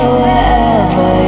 wherever